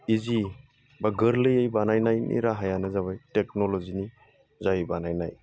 इजि बा गोरलैयै बानायनायनि राहायानो जाबाय टेकन'ल'जिनि जाय बानायनाय